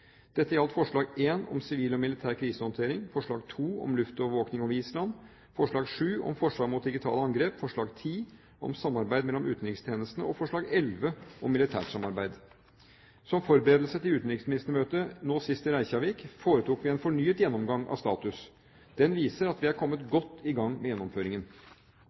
Dette gjaldt forslag 1, om sivil og militær krisehåndtering, forslag 2, om luftovervåkning over Island, forslag 7, om forsvar mot digitale angrep, forslag 10, om samarbeid mellom utenrikstjenestene, og forslag 11, om militært samarbeid. Som forberedelse til utenriksministermøtet nå sist i Reykjavik foretok vi en fornyet gjennomgang av status. Den viser at vi er kommet godt i gang med gjennomføringen.